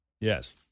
Yes